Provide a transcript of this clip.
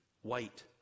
White